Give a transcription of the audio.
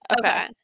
Okay